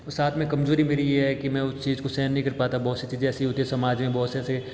और साथ में कमजोरी मेरी ये है कि मैं उस चीज को सहन नही कर पाता बहुत सी चीज़ें ऐसी होती है समाज में बहुत से ऐसे